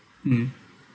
mm